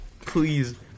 Please